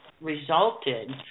resulted